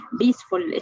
peaceful